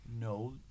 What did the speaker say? no